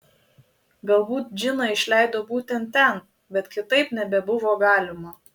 galbūt džiną išleido būtent ten bet kitaip nebebuvo galima